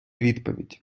відповідь